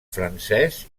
francès